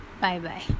Bye-bye